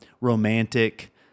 romantic